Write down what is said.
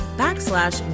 backslash